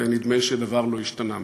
ונדמה לי שדבר לא השתנה מאז.